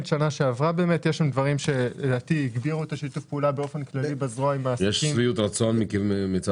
יש שביעות רצון מצד המעסיקים?